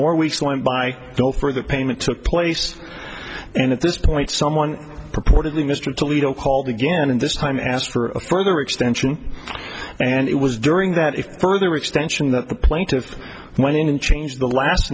more weeks went by go for the payment took place and at this point someone purportedly mr toledo called again and this time asked for a further extension and it was during that if further extension that the plaintiff went in and changed the last